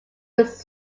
was